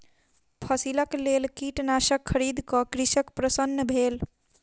फसिलक लेल कीटनाशक खरीद क कृषक प्रसन्न भेल